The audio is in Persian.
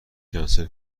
کنسل